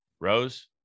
Rose